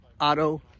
auto